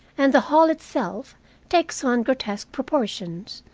and the hail itself takes on grotesque proportions,